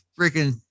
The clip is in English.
freaking